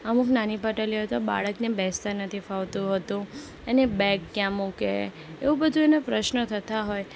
અનુક નાની પાટલીઓ હોય તો બાળકને બેસતા નથી ફાવતું હોતું અને બેગ ક્યાં મૂકે એવું બધું એને પ્રશ્ન થતા હોય